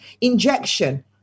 injection